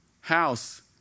house